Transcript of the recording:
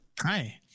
Hi